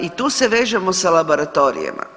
I tu se vežemo sa laboratorijima.